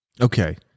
Okay